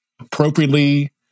appropriately